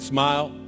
Smile